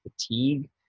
fatigue